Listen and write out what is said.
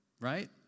Right